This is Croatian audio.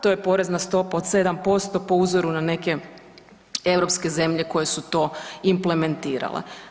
To je porezna stopa od 7% po uzoru na neke europske zemlje koje su to implementirale.